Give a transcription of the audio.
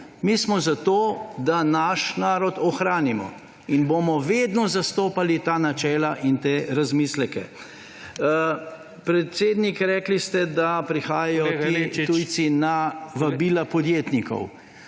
Mi smo za to, da naš narod ohranimo. In bomo vedno zastopali ta načela in te razmisleke. Predsednik, rekli ste, da prihajajo ti … **PREDSEDNIK